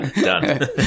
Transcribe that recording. Done